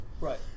Right